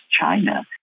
China